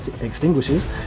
extinguishes